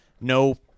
no